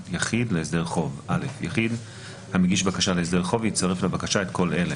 יחיד להסדר חוב יחיד המגיש בקשה להסדר חוב יצרף לבקשה את כל אלה: